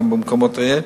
גם במקומות אחרים.